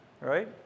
Right